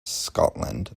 scotland